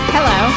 Hello